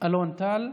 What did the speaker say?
אלון טל.